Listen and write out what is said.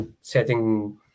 setting